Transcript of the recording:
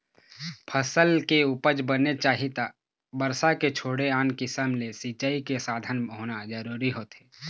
फसल के उपज बने चाही त बरसा के छोड़े आन किसम ले सिंचई के साधन होना जरूरी होथे